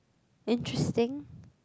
interesting